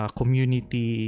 community